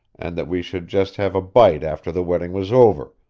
and that we should just have a bite after the wedding was over,